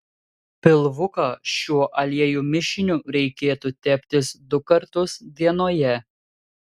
pilvuką šiuo aliejų mišiniu reikėtų teptis du kartus dienoje